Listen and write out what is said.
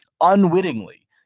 unwittingly